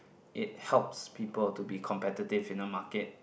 it helps people to be competitive in the market